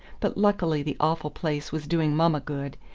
but luckily the awful place was doing mamma good,